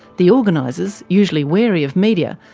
the organisers, usually wary of media,